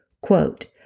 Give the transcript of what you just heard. Quote